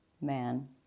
man